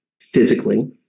physically